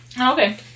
Okay